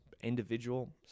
individual